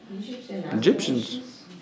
Egyptians